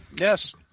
Yes